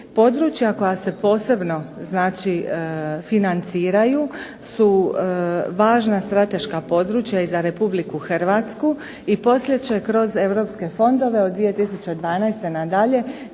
Područja koja se posebno financiraju su važna strateška područja i za Republiku Hrvatsku i poslije će kroz europske fondove od 2012. na dalje